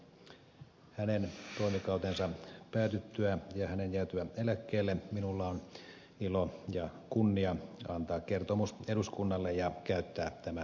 hänen toimikautensa päätyttyä ja hänen jäätyä eläkkeelle minulla on ilo ja kunnia antaa kertomus eduskunnalle ja käyttää tämä esittelypuheenvuoro